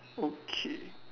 okay